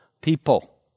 people